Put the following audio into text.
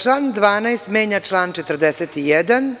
Član 12. menja član 41.